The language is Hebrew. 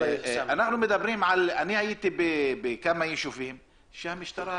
הייתי בכמה ישובים שהמשטרה